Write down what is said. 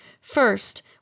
first